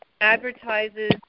advertises